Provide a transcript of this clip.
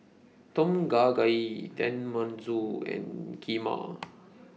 Tom Kha Gai Tenmusu and Kheema